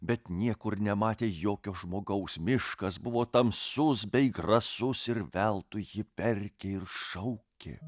bet niekur nematė jokio žmogaus miškas buvo tamsus bei grasus ir veltui ji perkė ir šaukė